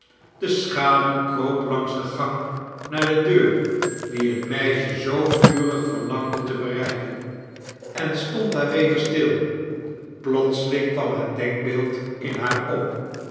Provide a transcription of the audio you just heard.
de schaduw kroop langs den gang naar de deur die het meisje zoo vurig verlangde te bereiken en stond daar weder stil plotseling kwam het denkbeeld in haar op